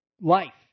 life